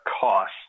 cost